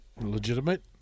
legitimate